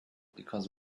because